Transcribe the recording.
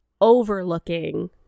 overlooking